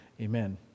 Amen